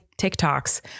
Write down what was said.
TikToks